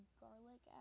garlic